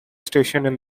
station